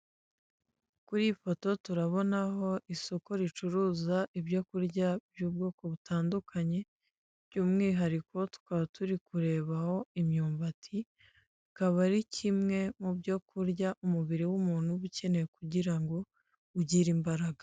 Kuri iyi foto turabonaho isoko ricuruza ibyo kurya by'ubwoko butandukanye by'umwihariko tukaba turi kurebaho imyumbati akaba ari kimwe mu byo kurya umubiri w'umuntu uba ukeneye kugira ngo ugire imbaraga.